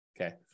Okay